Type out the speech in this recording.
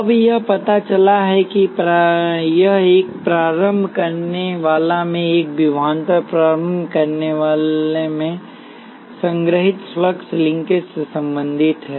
अब यह पता चला है कि एक प्रारंभ करने वाला में एक विभवांतर प्रारंभ करने वाला में संग्रहीत फ्लक्स लिंकेज से संबंधित है